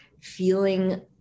feeling